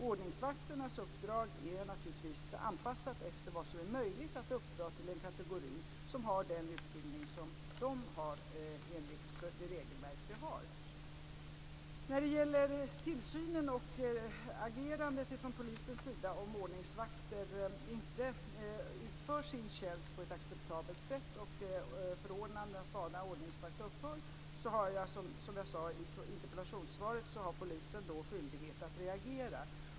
Ordningsvakternas uppdrag är naturligtvis anpassat efter vad som är möjligt att uppdra till en kategori som har den utbildning som den har, enligt det regelverk som finns. När det gäller tillsynen och agerandet från polisens sida om ordningsvakter inte utför sin tjänst på ett acceptabelt sätt och förordnandet att vara ordningsvakt upphör har polisen, som jag sade i interpellationssvaret, skyldighet att reagera.